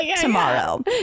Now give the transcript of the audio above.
tomorrow